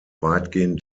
weitgehend